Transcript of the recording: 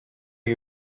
you